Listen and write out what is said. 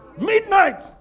midnight